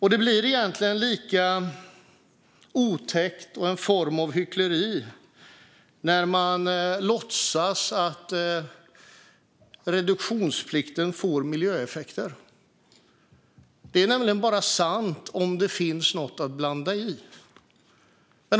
Det blir egentligen lika otäckt och en form av hyckleri när man låtsas att reduktionsplikten får miljöeffekter. Det är nämligen bara sant om det finns något att blanda i.